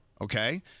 Okay